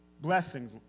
Blessings